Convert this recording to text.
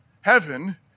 Heaven